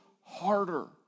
harder